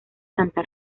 santa